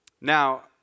Now